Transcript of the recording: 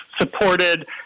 supported